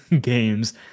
games